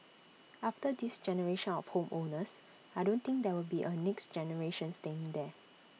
after this generation of home owners I don't think there will be A next generation staying there